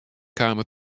kamen